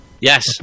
Yes